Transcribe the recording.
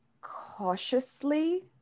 Cautiously